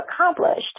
accomplished